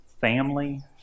family